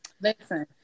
Listen